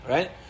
Right